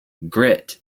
grit